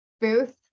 booth